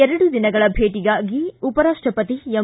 ಎರಡು ದಿನಗಳ ಭೇಟಿಯಾಗಿ ಉಪರಾಷ್ಟಪತಿ ಎಂ